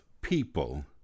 people